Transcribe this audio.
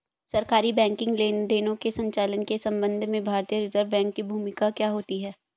सरकारी बैंकिंग लेनदेनों के संचालन के संबंध में भारतीय रिज़र्व बैंक की भूमिका क्या होती है?